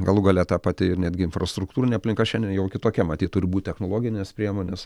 galų gale ta pati ir netgi infrastruktūrinė aplinka šiandien jau kitokia matyt turi būt technologinės priemonės